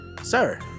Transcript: sir